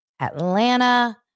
Atlanta